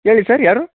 ಹೇಳಿ ಸರ್ ಯಾರು